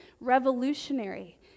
revolutionary